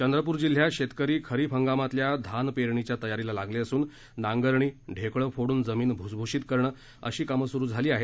चंद्रपूर जिल्ह्यात शेतकरी खरीप हंगामात धान पेरणीच्या तयारीला लागले असून नांगरणी ढेकळं फोडून जमीन भ्सभ्शीत करणं अशी कामं स्रु झाली आहेत